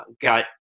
got